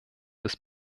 des